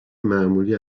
معمولی